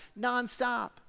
nonstop